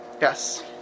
Yes